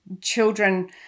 children